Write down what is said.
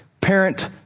parent